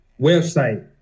website